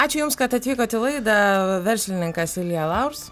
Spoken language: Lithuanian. ačiū jums kad atvykot į laidą verslininkas ilja laurs